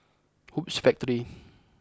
Hoops Factory